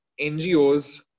NGOs